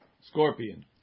scorpion